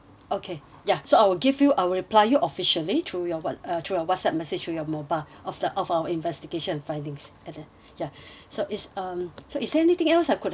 ya so I will give you I'll reply you officially through your whatsapp uh through your whatsapp message through your mobile of the of our investigation and findings at the ya so is um so is there anything else I could help you with